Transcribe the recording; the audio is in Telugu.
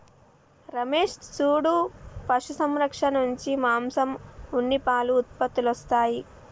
రమేష్ సూడు పశు సంరక్షణ నుంచి మాంసం ఉన్ని పాలు ఉత్పత్తులొస్తాయి